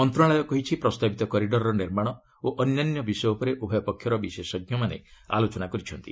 ମନ୍ତ୍ରଣାଳୟ କହିଛି ପ୍ରସ୍ତାବିତ କରିଡ଼ରର ନିର୍ମାଣ ଓ ଅନ୍ୟାନ୍ୟ ବିଷୟ ଉପରେ ଉଭୟ ପକ୍ଷର ବିଶେଷଜ୍ଞମାନେ ଆଲୋଚନା କରିଛନ୍ତି